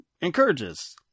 encourages